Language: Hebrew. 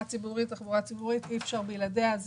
אי-אפשר בלעדיה,